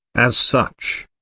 as such.